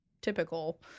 typical